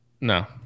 No